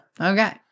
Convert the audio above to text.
Okay